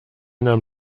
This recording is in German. nahm